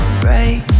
break